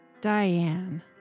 Diane